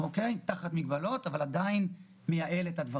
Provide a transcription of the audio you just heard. שהוא נותן, ולראות איך הוא גם מייעל את זה.